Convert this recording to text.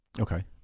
Okay